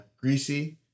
Greasy